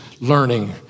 learning